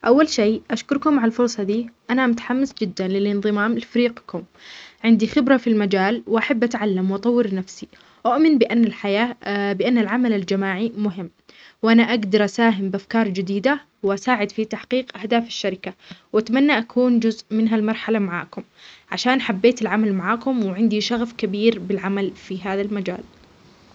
أول شي أشكركم على الفرصة ذي أنا متحمس جدا للانظمام لفريقكم. عندي خبرة في المجال وأحب أتعلم وأطور نفسي. أؤمن بان الحياة اه بان العمل الجماعي مهم. وانا أقدر أس أهم بأفكار جديدة وأساعد في تحقيق أهداف الشركة. وأتمنى أكون جزء من هالمرحلة معاكم عشان حبيت العمل معاكم وعندي شغف كبير بالعمل في هذا المجال.